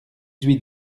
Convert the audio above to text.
huit